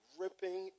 ripping